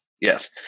Yes